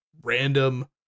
random